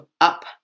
up